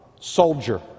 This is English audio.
soldier